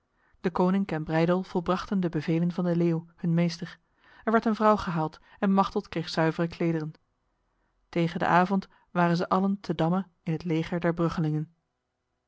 deconinck en breydel volbrachten de bevelen van de leeuw hun meester er werd een vrouw gehaald en machteld kreeg zuivere klederen tegen de avond waren zij allen te damme in het leger der bruggelingen